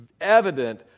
evident